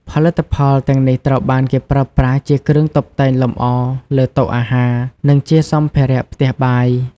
ផលិតផលទាំងនេះត្រូវបានគេប្រើប្រាស់ជាគ្រឿងតុបតែងលម្អលើតុអាហារ និងជាសម្ភារៈផ្ទះបាយ។